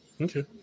Okay